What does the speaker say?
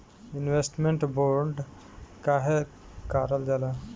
Investment bond काहे कारल जाला?